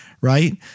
right